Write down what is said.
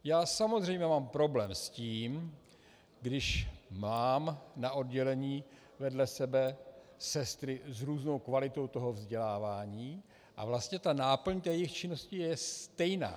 Já samozřejmě mám problém s tím, když mám na oddělení vedle sebe sestry s různou kvalitou vzdělání a vlastně náplň jejich činnosti je stejná.